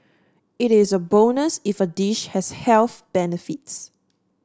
it is a bonus if a dish has health benefits